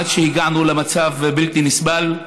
עד שהגענו למצב בלתי נסבל.